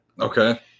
Okay